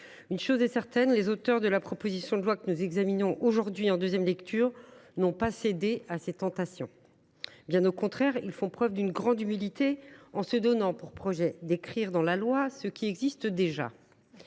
Une chose est certaine : les auteurs de la proposition de loi que nous examinons aujourd’hui en seconde lecture n’ont pas cédé à ces tentations, bien au contraire. Ils font preuve d’une grande humilité en se donnant pour projet d’écrire, et même de décrire, dans la loi ce qui existe déjà.